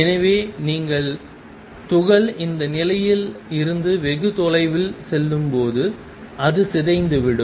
எனவே நீங்கள் துகள் அந்த நிலையில் இருந்து வெகு தொலைவில் செல்லும்போது அது சிதைந்துவிடும்